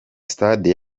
stade